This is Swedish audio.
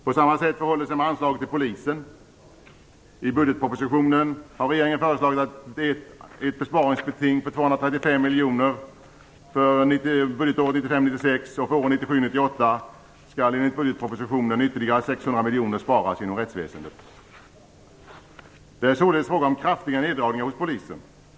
På samma sätt förhåller det sig med anslaget till polisen. I budgetpropositionen har regeringen föreslagit ett besparingsbeting på 235 miljoner för budgetåret 1995/96, och för åren 1997 och 1998 skall enligt budgetpropositionen ytterligare 600 miljoner sparas inom rättsväsendet. Det är således fråga om kraftiga neddragningar hos polisen.